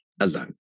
alone